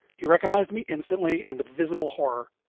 he recognized me instantly and with visible horror.